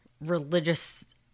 religious